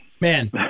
man